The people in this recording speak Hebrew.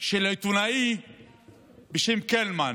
של עיתונאי בשם קלמן.